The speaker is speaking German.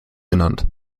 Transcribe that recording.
genannt